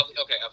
Okay